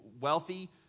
wealthy